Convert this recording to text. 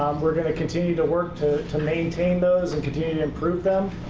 we're going to continue to work to to maintain those and continue to improve them.